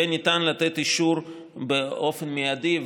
יהיה ניתן לתת אישור באופן מיידי,